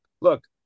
look